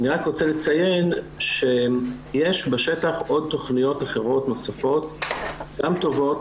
אני רק רוצה לציין שיש בשטח עוד תכניות אחרות נוספות גם טובות,